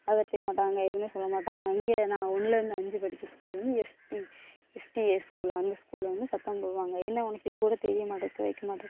அதட்டவே மாட்டாங்க எதுவுமே சொல்ல மாட்டாங்க இங்கே நான் ஒன்றிலருந்து அஞ்சு படித்த ஸ்கூலு வந்து எஸ் டி எஸ்டிஏ ஸ்கூலு அந்த ஸ்கூலு வந்து சத்தம் போடுவாங்க என்ன உனக்கு இது கூட தெரிய மாட்டேங்கிறது வைக்க மாட்டேங்கிறது